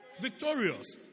Victorious